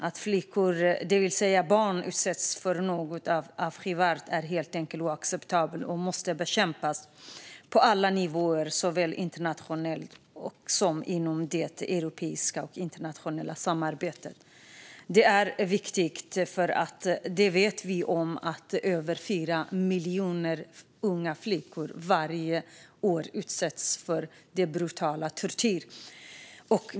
Att flickor - det vill säga barn - utsätts för något så avskyvärt är helt enkelt oacceptabelt och måste bekämpas på alla nivåer, såväl internationellt som inom det europeiska samarbetet. Det är viktigt, för vi vet att över 4 miljoner unga flickor varje år utsätts för denna brutala tortyr.